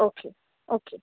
okay okay